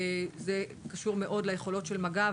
והנושא הזה מאוד קשור ליכולות של מג"ב.